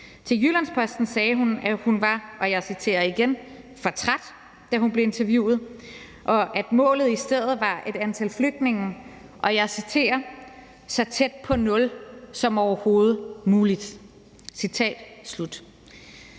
Til Jyllands-Posten sagde hun, at hun var for træt, da hun blev interviewet, og at målet i stedet var et antal flygtninge – og jeg citerer – så tæt på nul som overhovedet muligt. Citat